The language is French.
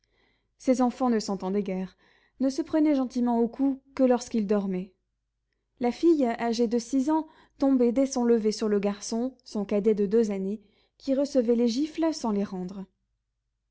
ces enfants ne s'entendaient guère ne se prenaient gentiment au cou que lorsqu'ils dormaient la fille âgée de six ans tombait dès son lever sur le garçon son cadet de deux années qui recevait les gifles sans les rendre